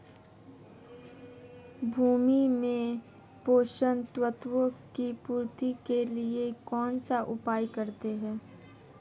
भूमि में पोषक तत्वों की पूर्ति के लिए कौनसा उपाय करते हैं?